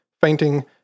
fainting